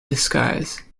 disguise